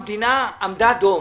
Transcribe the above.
המדינה עמדה דום